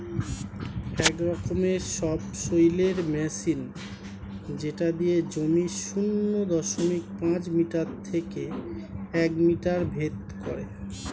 এক রকমের সবসৈলের মেশিন যেটা দিয়ে জমির শূন্য দশমিক পাঁচ মিটার থেকে এক মিটার ভেদ করে